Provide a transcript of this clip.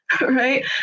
right